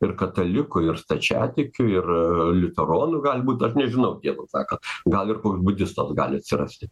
ir katalikų ir stačiatikių ir liuteronų gali būt aš nežinau tiesą sakant gali ir kur budistos gali atsirasti